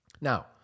Now